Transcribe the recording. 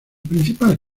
principal